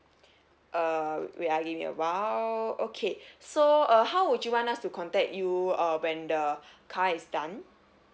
uh wait ah give me awhile okay so uh how would you want us to contact you uh when the car is done